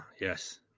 yes